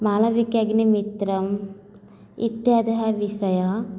मालविकाग्निमित्रम् इत्यादयः विषयः